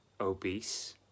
obese